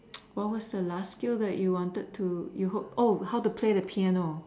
what was the last skill that you wanted to you hope oh how to play the piano